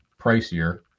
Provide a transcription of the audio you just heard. pricier